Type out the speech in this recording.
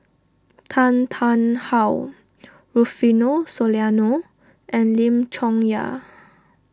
Tan Tarn How Rufino Soliano and Lim Chong Yah